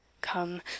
come